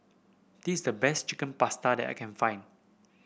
this is the best Chicken Pasta that I can find